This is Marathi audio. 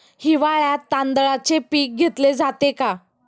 हिवाळ्यात तांदळाचे पीक घेतले जाते का?